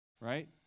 Right